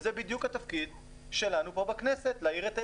וזה בדיוק התפקיד שלנו פה בכנסת, להאיר את עיניהם,